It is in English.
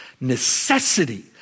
Necessity